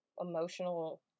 emotional